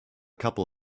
couple